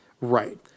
Right